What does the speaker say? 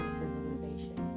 civilization